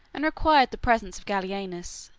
and required the presence of gallienus,